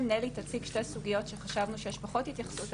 נלי תציג שתי סוגיות שחשבנו שיש פחות התייחסות,